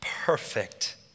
perfect